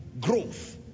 growth